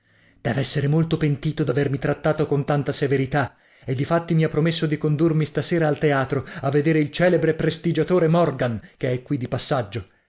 verso dev'essere molto pentito d'avermi trattato con tanta severità e difatti mi ha promesso di condurmi stasera al teatro a vedere il celebre prestigiatore morgan che è qui di passaggio